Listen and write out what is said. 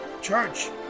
church